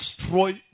destroy